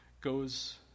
goes